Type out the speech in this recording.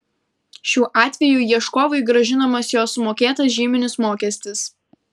šiuo atveju ieškovui grąžinamas jo sumokėtas žyminis mokestis